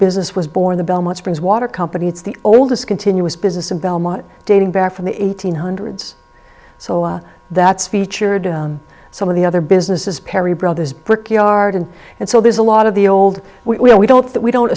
business was born the belmont springs water company it's the oldest continuous business in belmont dating back from the eighteenth hundreds so that's featured some of the other businesses perry brothers brickyard and and so there's a lot of the old we we don't that we don't